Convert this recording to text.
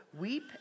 weep